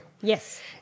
Yes